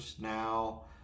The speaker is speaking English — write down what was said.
now